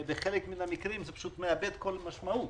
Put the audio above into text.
בחלק מהמקרים זה פשוט מאבד כל משמעות.